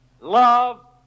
love